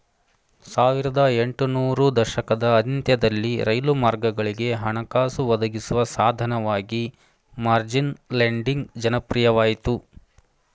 ಸಾವಿರದ ಎಂಟು ನೂರು ದಶಕದ ಅಂತ್ಯದಲ್ಲಿ ರೈಲು ಮಾರ್ಗಗಳಿಗೆ ಹಣಕಾಸು ಒದಗಿಸುವ ಸಾಧನವಾಗಿ ಮಾರ್ಜಿನ್ ಲೆಂಡಿಂಗ್ ಜನಪ್ರಿಯವಾಯಿತು